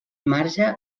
marge